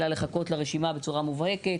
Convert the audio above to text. אלא לחכות לרשימה בצורה מובהקת.